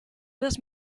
das